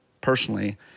personally